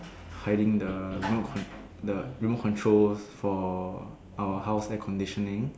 hiding the remote con~ the remote control for our house air conditioning